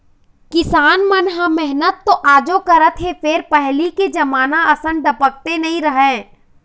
किसान मन ह मेहनत तो आजो करत हे फेर पहिली के जमाना असन डपटके नइ राहय